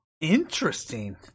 Interesting